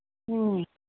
ꯎꯝ